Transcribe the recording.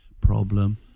problem